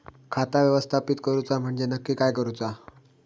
खाता व्यवस्थापित करूचा म्हणजे नक्की काय करूचा?